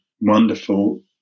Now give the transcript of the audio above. wonderful